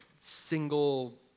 single